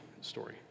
story